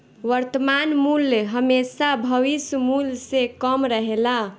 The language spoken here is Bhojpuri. वर्तमान मूल्य हेमशा भविष्य मूल्य से कम रहेला